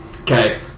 Okay